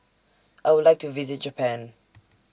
I Would like to visit Japan